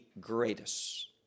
greatest